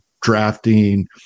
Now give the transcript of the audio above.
drafting